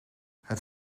het